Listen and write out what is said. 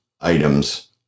items